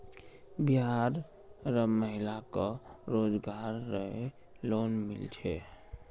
बिहार र महिला क रोजगार रऐ लोन मिल छे